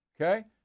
okay